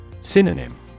Synonym